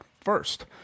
first